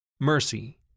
Mercy